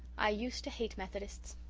i used to hate methodists,